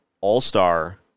All-Star